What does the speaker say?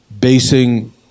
basing